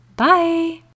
Bye